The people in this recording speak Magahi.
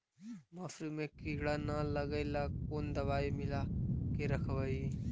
मसुरी मे किड़ा न लगे ल कोन दवाई मिला के रखबई?